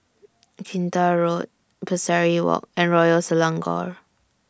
Kinta Road Pesari Walk and Royal Selangor